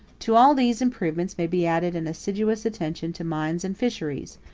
to all these improvements may be added an assiduous attention to mines and fisheries,